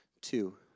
two